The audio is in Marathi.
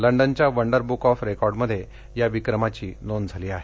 लंडनच्या वंडर बुक ऑफ रेकॉर्डमध्ये या विक्रमाची नोंद झाली आहे